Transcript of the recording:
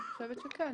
אני חושבת שכן,